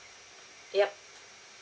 yup